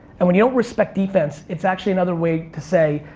and, when you don't respect defense, it's actually another way to say,